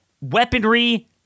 weaponry